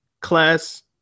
class